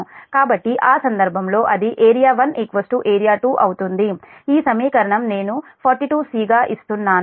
కాబట్టి ఆ సందర్భంలో అది ఏరియా 1 ఏరియా 2 అవుతుంది ఈ సమీకరణం నేను 42 గా ఇస్తున్నాను